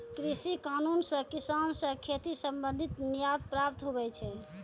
कृषि कानून से किसान से खेती संबंधित न्याय प्राप्त हुवै छै